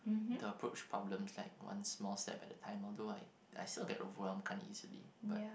the approach problems like one small step at a time although I I still get overwhelmed kind of easily but